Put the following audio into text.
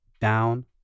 down